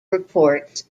reports